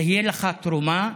תהיה לך תרומה,